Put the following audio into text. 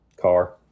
car